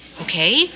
Okay